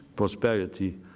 prosperity